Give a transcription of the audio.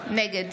נגד